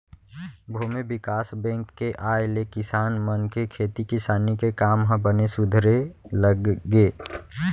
भूमि बिकास बेंक के आय ले किसान मन के खेती किसानी के काम ह बने सुधरे लग गे